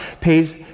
pays